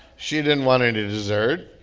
she didn't want any dessert.